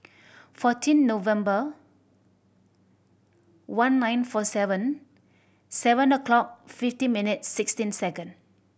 fourteen November one nine four seven seven o'clock fifty minutes sixteen second